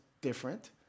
different